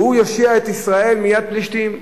והוא יושיע את ישראל מיד פלישתים.